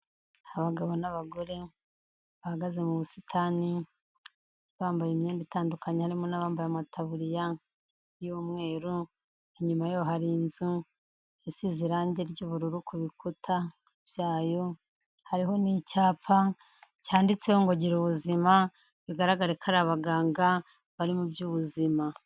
Abagabo n'abagore bahagaze mu busitani bambaye imyenda itandukanye harimo n'abambaye amatabuririya y'umweru, inyuma yaho hari inzu isize irangi ry'ubururu ku bikuta byayo, hariho n'icyapa cyanditseho ngo gira ubuzima bigaragare ko ari abaganga bari mu by'ubuzima.